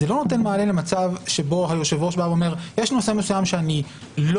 זה לא נותן מענה למצב שבו היושב-ראש אומר: יש נושא מסוים שאני לא